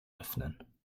öffnen